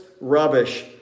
rubbish